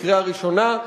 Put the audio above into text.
בקריאה ראשונה,